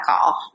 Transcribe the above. call